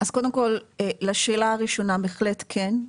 אז קודם כל לשאלה הראשונה, בהחלט כן.